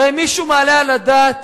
הרי מישהו מעלה על הדעת